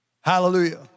Hallelujah